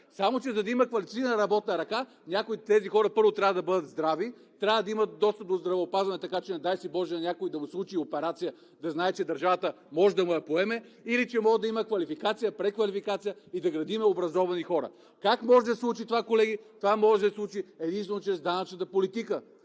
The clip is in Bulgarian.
ръка. За да имаме квалифицирана работна ръка, някои от тези хора трябва да бъдат здрави, трябва да имат достъп до здравеопазването, а не дай си боже на някой да му се случи операция, да знае, че държавата може да му я поеме или че може да има квалификация, преквалификация и да градим образовани хора. Как може да се случи това, колеги? Това може да се случи единствено чрез данъчната политика